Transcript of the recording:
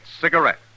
cigarette